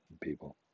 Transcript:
people